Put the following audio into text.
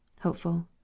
Hopeful